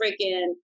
freaking